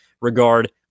regard